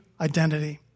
identity